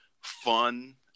fun